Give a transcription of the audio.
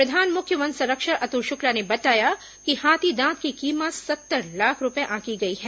प्रधान मुख्य वन संरक्षक अतुल शुक्ला ने बताया कि हाथी दांत की कीमत सत्तर लाख रूपये आंकी गई है